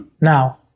Now